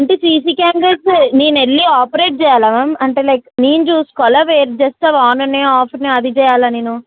అంటే CC cameras నేను వెళ్ళి ఆపరేట్ చేయాలా మ్యామ్ అంటే లైక్ నేను చూసుకోవాలా లేదా జస్ట్ అవి ఆన్ ఉన్నాయా ఆఫ ఉన్నాయా అది చేేయాలా నేను